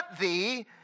thee